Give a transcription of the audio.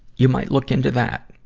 you might look into that.